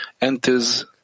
enters